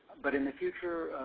but in the future,